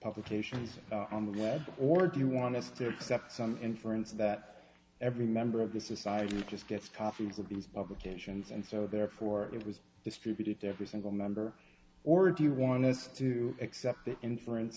publications on the web or do you want us to accept some inference that every member of the society just gets copies of these publications and so therefore it was distributed to every single member or do you want us to accept the inference